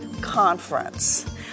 conference